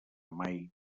mai